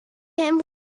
him